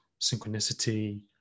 synchronicity